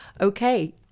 Okay